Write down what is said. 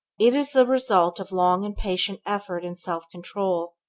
it is the result of long and patient effort in self-control.